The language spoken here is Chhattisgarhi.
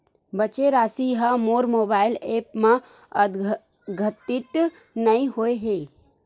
बचे राशि हा मोर मोबाइल ऐप मा आद्यतित नै होए हे